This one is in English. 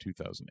2008